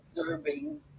observing